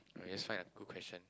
okay let's find a good question